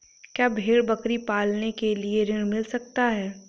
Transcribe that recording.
क्या भेड़ बकरी पालने के लिए ऋण मिल सकता है?